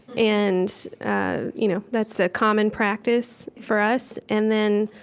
and ah you know that's a common practice for us. and then,